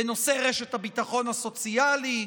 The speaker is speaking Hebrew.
בנושא רשת הביטחון הסוציאלי,